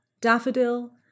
daffodil